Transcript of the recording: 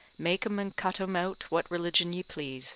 make em and cut em out what religion ye please